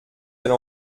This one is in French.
elle